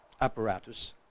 apparatus